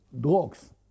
drugs